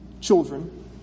children